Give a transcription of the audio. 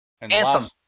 Anthem